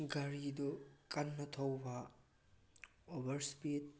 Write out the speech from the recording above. ꯒꯥꯔꯤꯗꯨ ꯀꯟꯅ ꯊꯧꯕ ꯑꯣꯕꯔ ꯏꯁꯄꯤꯠ